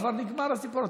כבר נגמר הסיפור,